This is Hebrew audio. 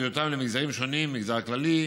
ויותאם למגזרים שונים: מגזר כללי,